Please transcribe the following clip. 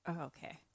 Okay